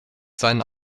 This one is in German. seinen